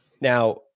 Now